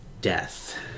death